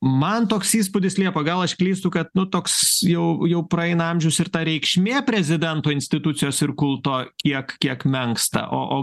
man toks įspūdis liepa gal aš klystu kad nu toks jau jau praeina amžius ir ta reikšmė prezidento institucijos ir kulto kiek kiek menksta o o